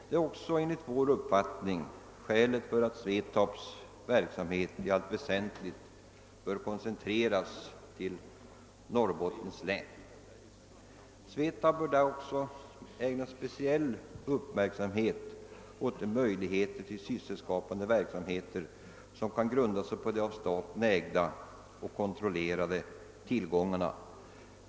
Detta är enligt vår uppfatt ning skälet till att SVETAB:s verksamhet i allt väsentligt bör koncentreras till Norrbottens län. SVETAB bör där också ägna speciell uppmärksamhet åt de möjligheter till sysselsättningsskapande verksamheter som kan grunda sig på de av staten ägda och kontrollerade tillgångarna.